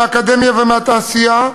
מהאקדמיה ומהתעשייה,